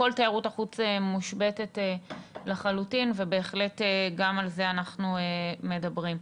כל תיירות החוץ מושבתת לחלוטין ובהחלט גם על זה אנחנו מדברים.